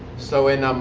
so in um